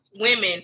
women